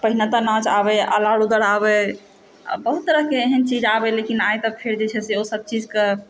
पहिले तऽ नाँच गाना आबै आल्हा रुदल आबै बहुत तरहकेँ एहन चीज आबै लेकिन आइ तऽ फेर जे छै से ओ सब चीजके